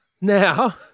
Now